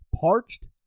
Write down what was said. Parched